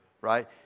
right